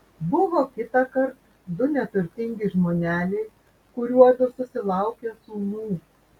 buvo kitąkart du neturtingi žmoneliai kuriuodu susilaukė sūnų